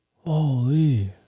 Holy